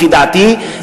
לפי דעתי,